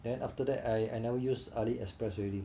then after that I I never use AliExpress already